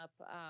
up